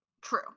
true